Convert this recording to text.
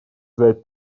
взять